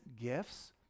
gifts